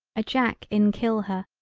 a jack in kill her,